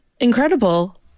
incredible